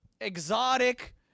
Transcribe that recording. exotic